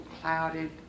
clouded